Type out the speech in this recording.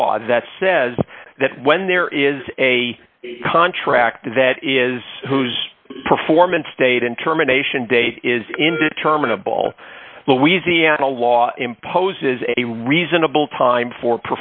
law that says that when there is a contract that is whose performance state and terminations date is indeterminable louisiana law imposes a reasonable time for